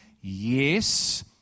Yes